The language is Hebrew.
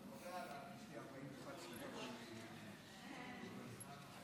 מכובדי היושב-ראש, חבריי חברי הכנסת, נדמה לי